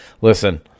Listen